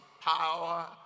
power